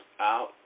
out